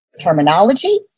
terminology